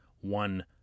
one